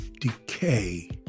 Decay